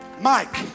Mike